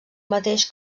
mateix